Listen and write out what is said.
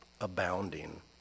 abounding